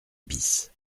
bis